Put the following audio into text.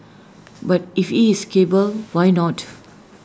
but if he is cable why not